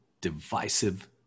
divisive